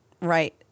right